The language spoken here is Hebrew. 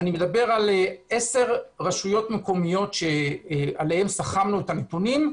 אני מדבר על 10 רשויות מקומיות שעליהן סכמנו את הנתונים,